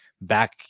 back